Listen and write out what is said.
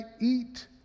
eat